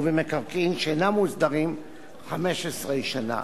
ובמקרקעין שאינם מוסדרים 15 שנה.